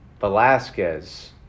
Velasquez